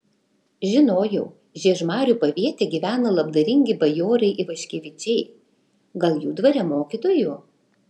žinojau žiežmarių paviete gyvena labdaringi bajorai ivaškevičiai gal jų dvare mokytoju